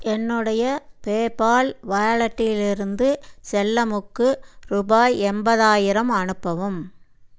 என்னுடைய பேபால் வாலட்டிலிருந்து செல்லமுக்கு ரூபாய் எண்பதாயிரம் அனுப்பவும்